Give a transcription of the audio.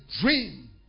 dream